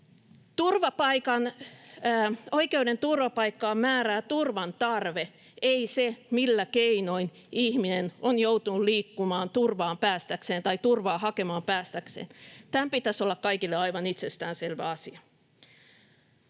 Oikeuden turvapaikkaan määrää turvan tarve, ei se, millä keinoin ihminen on joutunut liikkumaan turvaan päästäkseen tai turvaa hakemaan päästäkseen. Tämän pitäisi olla kaikille aivan itsestäänselvä asia.